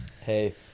hey